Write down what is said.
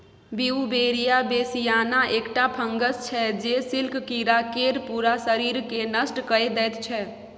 Beauveria bassiana एकटा fungus छै जे सिल्क कीरा केर पुरा शरीरकेँ नष्ट कए दैत छै